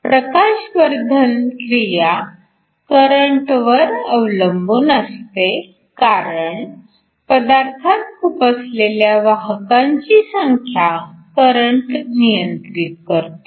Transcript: प्रकाशवर्धन क्रिया करंटवर अवलंबून असते कारण पदार्थात खुपसलेल्या वाहकांची संख्या करंट नियंत्रित करतो